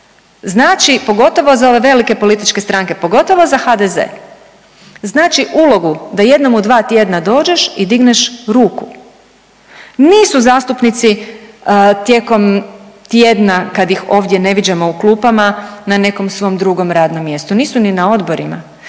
Znači pogotovo za ove velike političke stranke, pogotovo za HDZ, znači ulogu da jednom u dva tjedna dođeš i digneš ruku. Nisu zastupnici tijekom tjedna kad ih ovdje ne viđamo u klupama na nekom svom drugom radnom mjestu. Nisu ni na odborima.